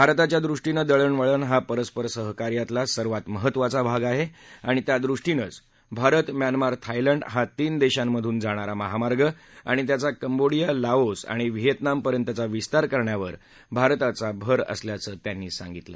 भारताच्यादृष्टीनं दळणवळ हा परस्पर सहकार्यातला सर्वात महत्वाचा भाग आहे आणि त्यादृष्टीनंच भारत म्यानमार थायलंड हा तीन देशांतून जाणारा महामार्ग आणि त्याचा कंबोडीया लाओस आणि व्हिएतनामपर्यंतचा विस्तार करण्यावर भारताचा भर असल्याचं त्यांनी यावेळी सांगितलं